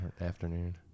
afternoon